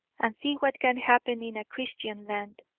and see what can happen in a christian land,